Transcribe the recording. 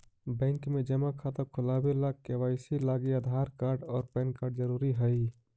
bank में जमा खाता खुलावे ला के.वाइ.सी लागी आधार कार्ड और पैन कार्ड ज़रूरी हई